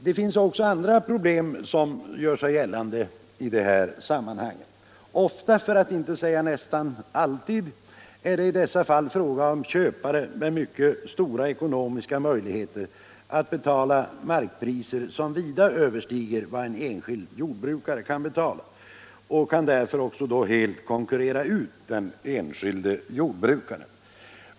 Det finns också andra problem som gör sig gällande i detta sammanhang. Ofta, för att inte säga nästan alltid, är det i dessa fall fråga om köpare med mycket stora ekonomiska möjligheter att betala markpriser som vida överstiger vad en enskild jordbrukare kan betala och som därför också helt kan konkurrera ut den enskilde jordbrukaren.